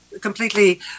completely